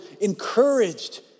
encouraged